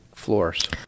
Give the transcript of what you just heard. floors